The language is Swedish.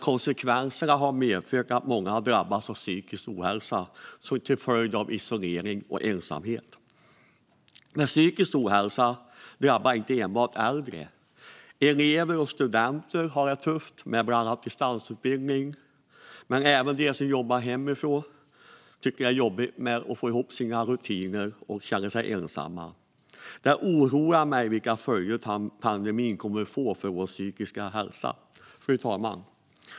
Konsekvenserna har dock blivit att många har drabbats av psykisk ohälsa till följd av isolering och ensamhet. Men psykisk ohälsa drabbar inte enbart äldre; elever och studenter har det tufft med bland annat distansutbildning, och även de som jobbar hemifrån tycker att det är jobbigt att få ihop rutinerna och känner sig ensamma. Det oroar mig vilka följder pandemin kommer att få för vår psykiska hälsa. Fru talman!